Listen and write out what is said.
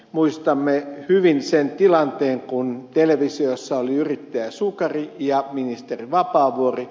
muistamme hyvin sen tilanteen kun televisiossa oli yrittäjä sukari ja ministeri vapaavuori